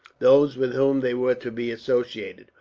those with whom they were to be associated.